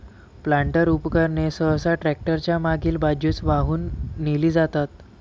planter उपकरणे सहसा tractor च्या मागील बाजूस वाहून नेली जातात